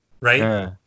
right